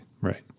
right